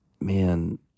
man